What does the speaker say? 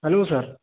hello sir